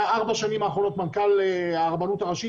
היה בארבעת השנים האחרונות מנכ"ל הרבנות הראשית.